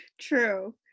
True